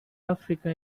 africa